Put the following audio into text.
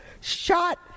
shot